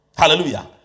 Hallelujah